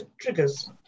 triggers